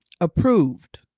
approved